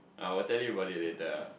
I will tell you about it later ah